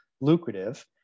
lucrative